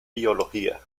biología